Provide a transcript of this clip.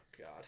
god